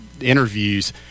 interviews